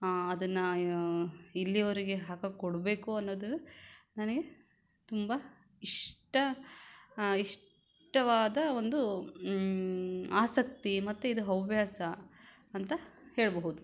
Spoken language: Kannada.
ಅದನ್ನು ಇಲ್ಲಿಯವ್ರಿಗೆ ಹಾಕಕ್ಕೆ ಕೊಡಬೇಕು ಅನ್ನೋದು ನನಗೆ ತುಂಬ ಇಷ್ಟ ಇಷ್ಟವಾದ ಒಂದು ಆಸಕ್ತಿ ಮತ್ತು ಇದು ಹವ್ಯಾಸ ಅಂತ ಹೇಳಬಹುದು